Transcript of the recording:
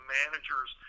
managers